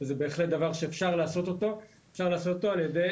זה בהחלט דבר שאפשר לעשות אותו על ידי